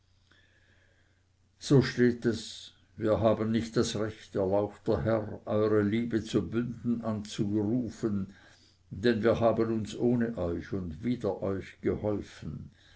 so steht es wir haben nicht das recht erlauchter herr eure liebe zu bünden anzurufen denn wir haben uns ohne euch und wider euch geholfen